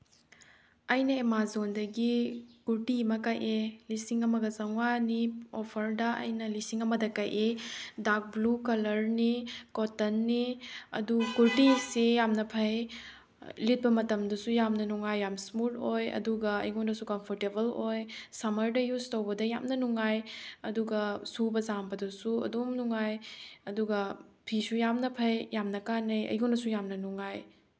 ꯑꯩꯅ ꯑꯥꯃꯥꯖꯣꯟꯗꯒꯤ ꯀꯨꯔꯇꯤ ꯑꯃ ꯀꯛꯑꯦ ꯂꯤꯁꯤꯡ ꯑꯃꯒ ꯆꯥꯝꯃꯉꯥꯅꯤ ꯑꯣꯐꯔꯗ ꯑꯩꯅ ꯂꯤꯁꯤꯡ ꯑꯃꯗ ꯀꯛꯏ ꯗꯥꯛ ꯕ꯭ꯂꯨ ꯀꯂꯔꯅꯤ ꯀꯣꯇꯟꯅꯤ ꯑꯗꯨ ꯀꯨꯔꯇꯤꯁꯤ ꯌꯥꯝꯅ ꯐꯩ ꯂꯤꯠꯄ ꯃꯇꯝꯗꯁꯨ ꯌꯥꯝꯅ ꯅꯨꯡꯉꯥꯏ ꯌꯥꯝ ꯏꯁꯃꯨꯠ ꯑꯣꯏ ꯑꯗꯨꯒ ꯑꯩꯉꯣꯟꯗꯁꯨ ꯀꯝꯐꯣꯔꯇꯦꯕꯜ ꯑꯣꯏ ꯁꯃꯔꯗ ꯌꯨꯁ ꯇꯧꯕꯗ ꯌꯥꯝꯅ ꯅꯨꯡꯉꯥꯏ ꯑꯗꯨꯒ ꯁꯨꯕ ꯆꯥꯝꯕꯗꯁꯨ ꯑꯗꯨꯝ ꯅꯨꯡꯉꯥꯏ ꯑꯗꯨꯒ ꯐꯤꯁꯨ ꯌꯥꯝꯅ ꯐꯩ ꯌꯥꯝꯅ ꯀꯥꯅꯩ ꯑꯩꯉꯣꯟꯗꯁꯨ ꯌꯥꯝꯅ ꯅꯨꯡꯉꯥꯏ